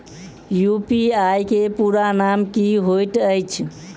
UPI केँ पूरा नाम की होइत अछि?